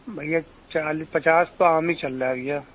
بھیا چالیس پچاس تو عام ہی چل رہا ہے بھیا